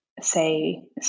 say